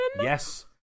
yes